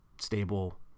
stable